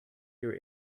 your